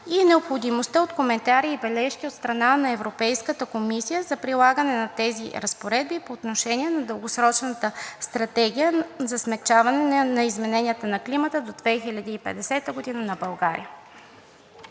и необходимостта от коментари и бележки от страна на Европейската комисия за прилагане на тези разпоредби по отношение на Дългосрочната стратегия за смекчаване на измененията на климата до 2050 г. на България.